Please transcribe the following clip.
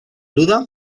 duda